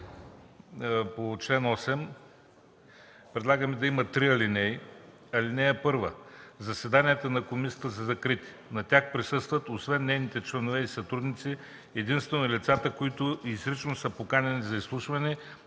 по чл. 8, който да има три алинеи: „(1) Заседанията на комисията са закрити. На тях присъстват освен нейните членове и сътрудници, единствено лицата, които изрично са поканени за изслушване,